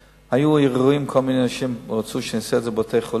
היו ערעורים וכל מיני אנשים רצו שאני אעשה את זה בבתי-חולים,